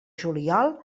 juliol